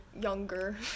Younger